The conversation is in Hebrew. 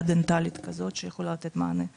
דנטלית כזאת שיכולה לתת מענה לאוכלוסייה,